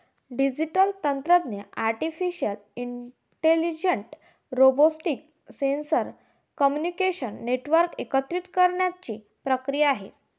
digital तंत्र artificial intelligence, robotics, sensor, communication network एकत्रित करण्याची प्रक्रिया आहे